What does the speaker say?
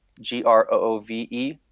G-R-O-O-V-E